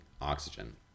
oxygen